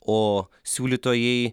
o siūlytojai